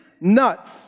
nuts